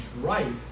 right